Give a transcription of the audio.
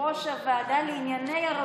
יושב-ראש הוועדה לענייני ערבים,